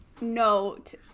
note